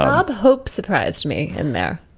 bob hope surprised me in there.